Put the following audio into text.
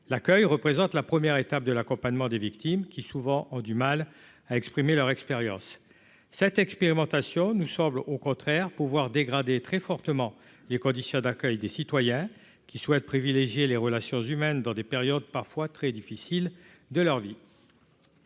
l'accueil représente la première étape de l'accompagnement des victimes qui, souvent, ont du mal à exprimer leur expérience cette expérimentation nous semble au contraire pour voir dégrader très fortement les conditions d'accueil des citoyens qui souhaitent privilégier les relations humaines dans des périodes parfois très difficile de leur vie.